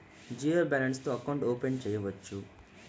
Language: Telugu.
జీరో బాలన్స్ తో అకౌంట్ ఓపెన్ చేయవచ్చు?